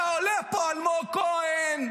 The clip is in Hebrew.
היה עולה לפה אלמוג כהן,